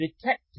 detective